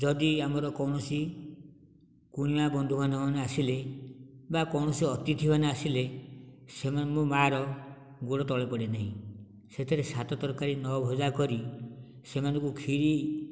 ଯଦି ଆମର କୌଣସି କୁଣିଆ ବନ୍ଧୁବାନ୍ଧବ ମାନେ ଆସିଲେ ବା କୌଣସି ଅତିଥି ମାନେ ଆସିଲେ ସେମାନେ ମୋ ମାଁ ର ଗୋଡ଼ ତଳେ ପଡ଼େ ନାହିଁ ସେଥିରେ ସାତ ତରକାରି ନଅ ଭଜା କରି ସେମାନଙ୍କୁ କ୍ଷୀରି